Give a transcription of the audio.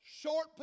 short